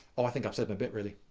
ah i think i've said my bit, really.